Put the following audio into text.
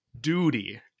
duty